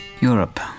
Europe